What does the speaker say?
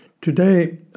Today